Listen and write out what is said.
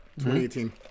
2018